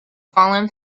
fallen